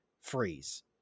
Freeze